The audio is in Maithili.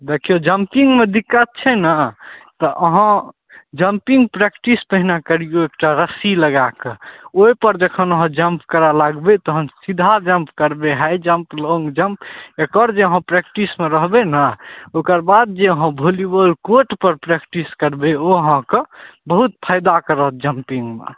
देखियौ जम्पिंगमे दिक्कत छै ने तऽ अहाँ जम्पिंग प्रैक्टिस पहिने अहाँ करियौ एक टा रस्सी लगाके ओइपर जखन अहाँ जम्प करऽ लागबय तहन सीधा जम्प करबय हाइ जम्प लोंग जम्प एकर जे अहाँ प्रैक्टिसमे रहबय ने ओकरबाद जे अहाँ वॉलीबाल कोर्टपर प्रैक्टिस करबय ओ अहाँके बहुत फायदा करत जम्पिंगमे